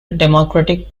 democratic